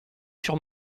sur